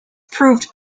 proved